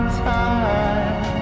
time